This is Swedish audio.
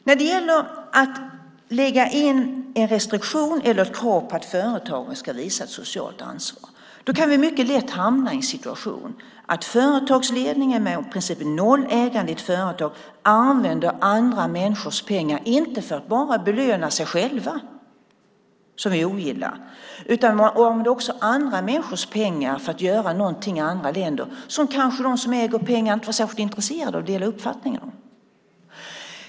När det gäller detta med att lägga in en restriktion eller ett krav på att företagen ska visa ett socialt ansvar kan vi mycket lätt hamna i en situation där företagsledningen med i princip noll ägande i företaget använder andra människors pengar inte bara för att belöna sig själva - något som vi ju ogillar - utan också för att i andra länder göra sådant som de som äger pengarna kanske inte är särskilt intresserade av eller har samma uppfattning om.